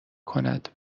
کند